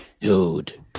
Dude